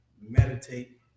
meditate